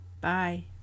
Bye